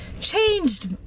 changed